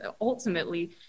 ultimately